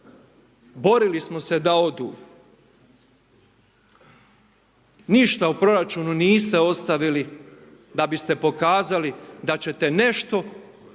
Borili smo se da odu. Ništa u proračunu niste ostavili da biste pokazali da ćete nešto potrošiti